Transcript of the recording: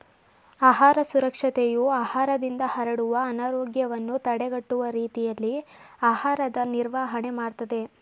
ಆಹಾರ ಸುರಕ್ಷತೆಯು ಆಹಾರದಿಂದ ಹರಡುವ ಅನಾರೋಗ್ಯವನ್ನು ತಡೆಗಟ್ಟುವ ರೀತಿಯಲ್ಲಿ ಆಹಾರದ ನಿರ್ವಹಣೆ ಮಾಡ್ತದೆ